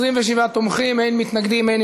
חברים, תפסו נא מקומותיכם.